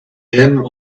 him